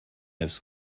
حفظ